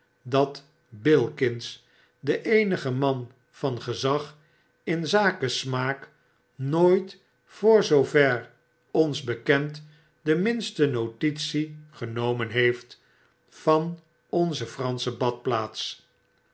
dat bilkins de eenige man van gezag in zake smaak nooit voor zoover ons bekend de minste notitie genomen heeft van onze fransche badplaats